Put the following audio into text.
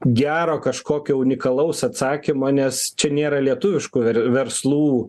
gero kažkokio unikalaus atsakymo nes čia nėra lietuviškų verslų